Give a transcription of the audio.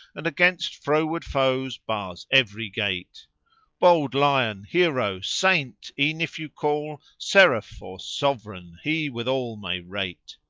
and against froward foes bars every gate bold lion, hero, saint, e'en if you call seraph or sovran he with all may rate!